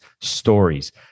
stories